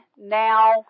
now